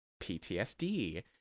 PTSD